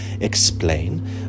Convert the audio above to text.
explain